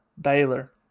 Baylor